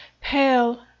Pale